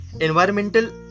environmental